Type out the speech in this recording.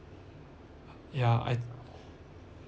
yeah I